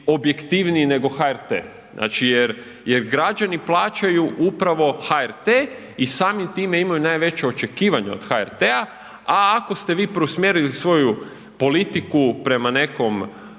objektivniji nego HRT, znači jer građani plaćaju upravo HRT i samim time imaju najveća očekivanja od HRT-a, a ako ste vi preusmjerili svoju politiku prema nekom